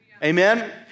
Amen